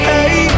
Hey